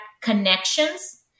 connections